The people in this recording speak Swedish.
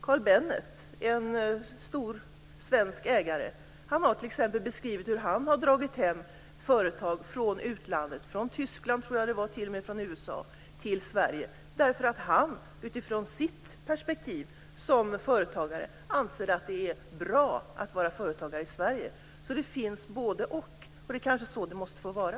Carl Bennet, en stor svensk ägare, har beskrivit hur han har dragit hem företag från utlandet - från Tyskland, tror jag, och t.o.m. från USA - till Sverige, därför att han utifrån sitt perspektiv som företagare anser att det är bra att vara företagare i Sverige. Det finns alltså både-och, och det är kanske så det måste få vara.